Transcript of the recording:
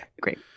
Great